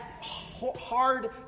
hard